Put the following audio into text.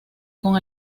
con